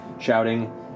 shouting